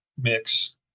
mix